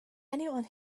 anyone